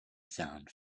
sound